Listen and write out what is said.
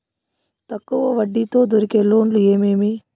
తక్కువ వడ్డీ తో దొరికే లోన్లు ఏమేమి